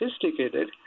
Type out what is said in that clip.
sophisticated